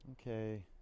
Okay